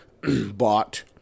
bought